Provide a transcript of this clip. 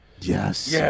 Yes